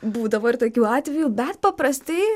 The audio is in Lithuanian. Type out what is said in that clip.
būdavo ir tokių atvejų bet paprastai